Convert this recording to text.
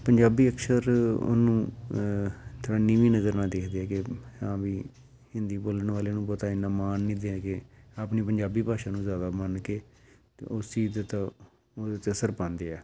ਪੰਜਾਬੀ ਅਕਸਰ ਉਹਨੂੰ ਥੋੜ੍ਹਾ ਨੀਵੀਂ ਨਜ਼ਰ ਨਾਲ ਦੇਖਦੇ ਆ ਕਿ ਹਾਂ ਵੀ ਹਿੰਦੀ ਬੋਲਣ ਵਾਲੇ ਨੂੰ ਬਹੁਤਾ ਇੰਨਾ ਮਾਣ ਨਹੀਂ ਦੇ ਕੇ ਆਪਣੀ ਪੰਜਾਬੀ ਭਾਸ਼ਾ ਨੂੰ ਜ਼ਿਆਦਾ ਮੰਨ ਕੇ ਅਤੇ ਉਸ ਚੀਜ਼ ਦਾ ਤਾਂ ਉਹਦੇ 'ਤੇ ਅਸਰ ਪਾਉਂਦੇ ਆ